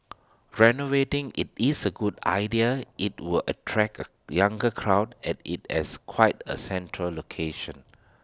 renovating IT is A good idea IT would attract A younger crowd as IT has quite A central location